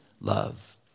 love